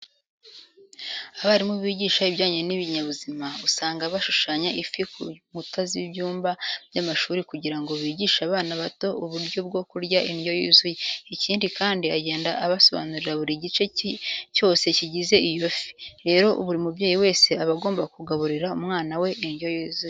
Abarimu bigisha ibijyanye n'ibinyabuzima, usanga bashushanya ifi ku nkuta z'ibyumba by'amashuri kugira ngo bigishe abana bato uburyo bwo kurya indyo yuzuye. Ikindi kandi, agenda abasobanurira buri gice cyose kigize iyo fi. Rero buri mubyeyi wese aba agomba kugaburira umwana we indyo yuzuye.